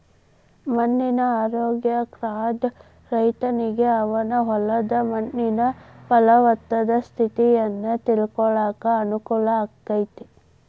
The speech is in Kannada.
ಮಣ್ಣಿನ ಆರೋಗ್ಯ ಕಾರ್ಡ್ ರೈತನಿಗೆ ಅವನ ಹೊಲದ ಮಣ್ಣಿನ ಪಲವತ್ತತೆ ಸ್ಥಿತಿಯನ್ನ ತಿಳ್ಕೋಳಾಕ ಅನುಕೂಲ ಆಗೇತಿ